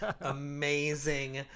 amazing